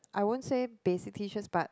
I won't say basic tee shirts but